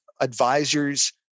advisors